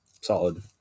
solid